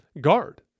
guard